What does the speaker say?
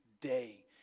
day